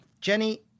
Jenny